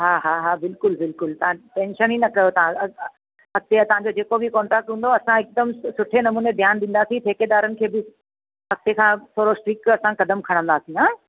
हा हा हा बिल्कुलु बिल्कुलु तव्हां टेंशन ई न कयो तव्हां अॻिते असांजो जेको बि कॉट्रेक्ट हूंदो असां हिकदमि सुठे नमूने ध्यानु ॾींदासीं ठेकेदारनि खे बि अॻिते खां थोरो स्ट्रिक असां क़दम खणंदासीं हां